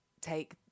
take